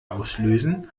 auslösen